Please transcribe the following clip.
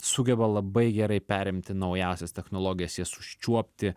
sugeba labai gerai perimti naujausias technologijas jas užčiuopti